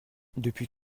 depuis